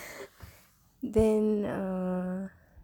then err